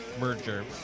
merger